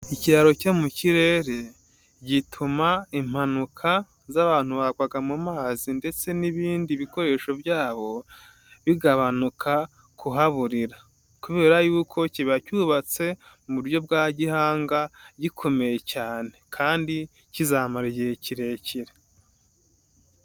Ikiraro cyo mu kirere gituma impanuka z'abantu bagwaga mu mazi ndetse n'ibindi bikoresho byabo bigabanuka kuhaburira kubera yuko kiba cyubatse mu buryo bwa gihanga, gikomeye cyane kandi kizamara igihe kirekire.